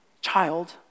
Child